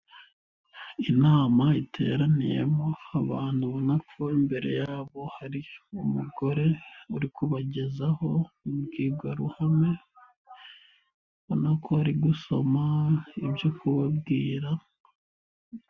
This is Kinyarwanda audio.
Inama iteraniyemo, abantu ubona ko imbere yabo hari umugore, uri kubagezaho imbwirwaruhame, ubona ko ari gusoma ibyo kubabwira.